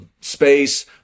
space